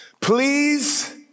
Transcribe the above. please